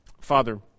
Father